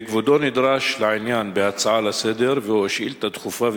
כבודו נדרש לעניין בהצעה לסדר-היום ובשאילתא דחופה,